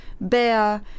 Bear